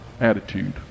attitude